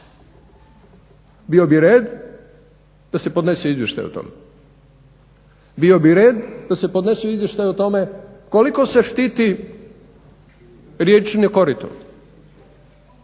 bio bi red da se podnese izvještaj o tome, bio bi red da se podnese izvještaj o tome koliko se štiti riječno korite,